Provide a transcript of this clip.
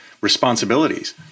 responsibilities